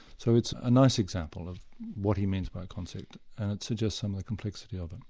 so it's a nice example of what he means by a concept. and it suggests some of the complexity of it.